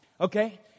okay